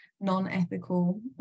non-ethical